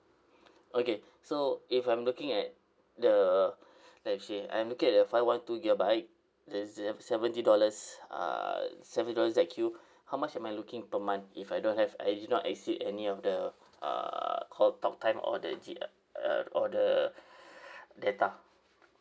okay so if I'm looking at the let's see I'm looking at the five one two gigabyte the the seventy dollars uh seventy dollars Z_Q how much am I looking per month if I don't have I did not exceed any of the uh call talk time or the gi~ uh or the data